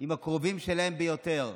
עם הקרובים להן ביותר,